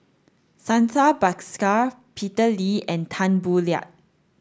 Santha Bhaskar Peter Lee and Tan Boo Liat